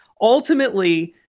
Ultimately